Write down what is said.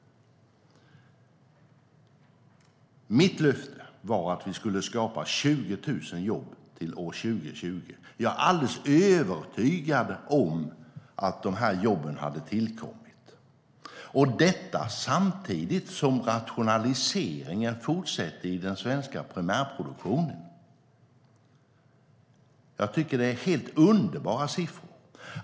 Mitt löfte var att vi skulle skapa 20 000 jobb till år 2020. Jag är alldeles övertygad om att de jobben hade tillkommit, detta samtidigt som rationaliseringen fortsätter i den svenska primärproduktionen. Jag tycker att det är helt underbara siffror.